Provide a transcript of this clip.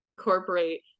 incorporate